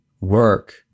work